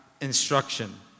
instruction